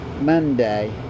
Monday